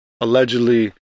allegedly